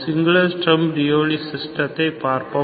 singular ஸ்ட்ரம் லியோவ்லி சிஸ்டத்தை பார்ப்போம்